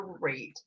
great